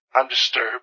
Undisturbed